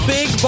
Big